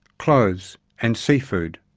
clothes and seafood.